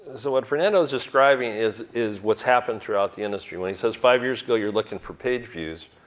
so what fernando's describing is is what's happened throughout the industry. when he says five years ago, you're looking for page views,